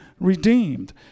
redeemed